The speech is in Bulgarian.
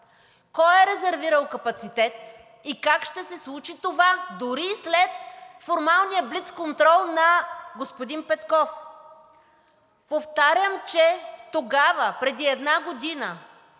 кой е резервирал капацитет и как ще се случи това дори след формалния блицконтрол на господин Петков. Повтарям, че тогава, преди една година,